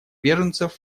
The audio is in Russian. беженцев